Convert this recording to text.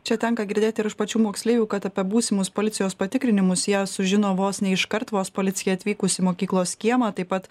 čia tenka girdėti ir iš pačių moksleivių kad apie būsimus policijos patikrinimus jie sužino vos ne iškart vos policijai atvykus į mokyklos kiemą taip pat